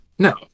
No